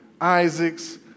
Isaac's